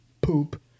poop